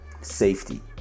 safety